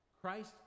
Christ